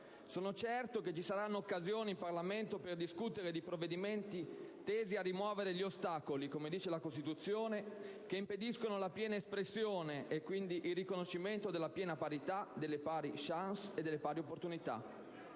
Sono certo che ci saranno occasioni in Parlamento per discutere di provvedimenti tesi a rimuovere gli ostacoli, come dice la Costituzione, che impediscono la piena espressione e quindi il riconoscimento della piena parità, delle pari *chances* e delle pari opportunità.